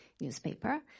Newspaper